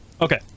okay